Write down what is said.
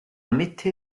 mitte